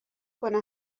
کنه